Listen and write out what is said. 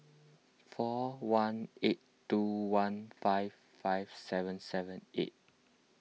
four one eight two one five five seven seven eight